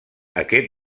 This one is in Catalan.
aquest